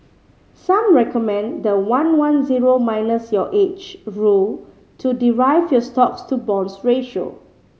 some recommend the one one zero minus your age rule to derive your stocks to bonds ratio